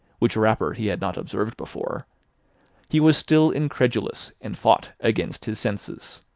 which wrapper he had not observed before he was still incredulous, and fought against his senses.